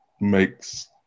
makes